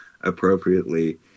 appropriately